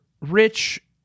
rich